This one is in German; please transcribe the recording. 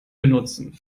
benutzen